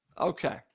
Okay